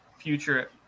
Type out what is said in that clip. future